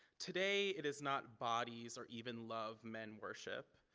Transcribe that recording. today it is not bodies or even love men worship,